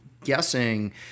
guessing